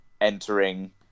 entering